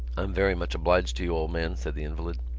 i'm very much obliged to you, old man, said the invalid.